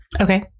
Okay